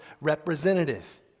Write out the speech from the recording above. representative